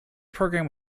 program